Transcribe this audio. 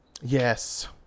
yes